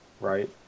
right